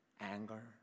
anger